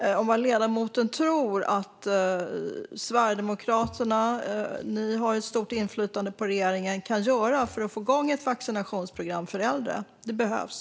Jag undrar vad ledamoten tror att Sverigedemokraterna, som har stort inflytande på regeringen, kan göra för att få igång ett vaccinationsprogram för äldre. Det behövs.